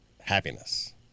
happiness